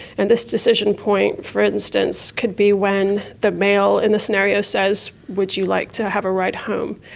and this decision point, for instance, could be when the male in the scenario says would you like to have a ride home.